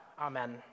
amen